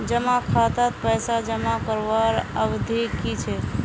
जमा खातात पैसा जमा करवार अवधि की छे?